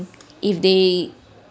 if they